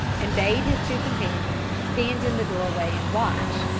and bade his two companions stand in the doorway and watch.